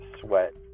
sweat